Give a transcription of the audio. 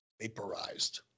vaporized